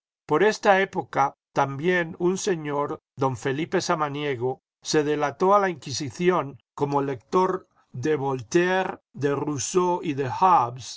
ior esta época también un señor don felipe samaniego se delató a la inquisición como lector de voltaire de rousseau y de